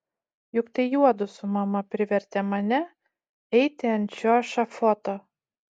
juk tai juodu su mama privertė mane eiti ant šio ešafoto